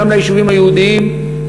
וגם ליישובים היהודיים,